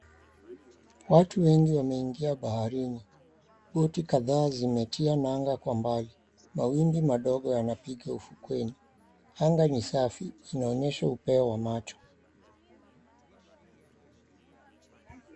Watu wengi wameingia baharini, boti kadhaa zimetia nanga kwa mbali, mawimbi madogo yanapiga ufukweni, anga ni safi inaonyesha upeo wa macho.